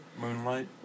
Moonlight